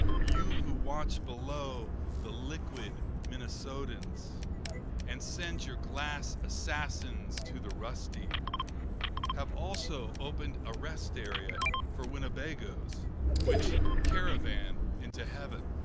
you who watch below the liquid minnesotans and send your glass assassins to the rusty have also opened a rest area for winnebagoes which caravan into heaven.